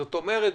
זאת אומרת,